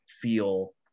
feel